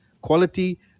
quality